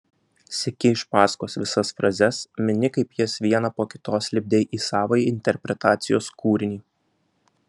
seki iš paskos visas frazes meni kaip jas vieną po kitos lipdei į savąjį interpretacijos kūrinį